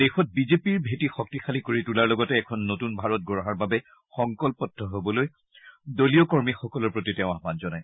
দেশত বিজেপিৰ ভেঁটি শক্তিশালী কৰি তোলাৰ লগতে এখন নতুন ভাৰত গঢ়াৰ বাবে সংকল্পবদ্ধ হ'বলৈও দলীয় কৰ্মীসকলৰ প্ৰতি তেওঁ আহান জনায়